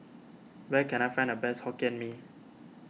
when can I find the best Hokkien Mee